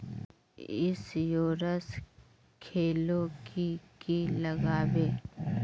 Insurance खोले की की लगाबे?